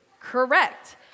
Correct